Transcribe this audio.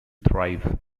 thrive